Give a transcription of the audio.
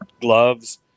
gloves